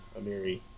amiri